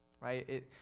right